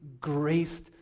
graced